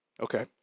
Okay